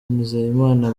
nizeyimana